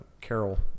Carol